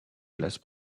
glace